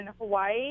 Hawaii